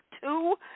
two